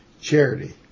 charity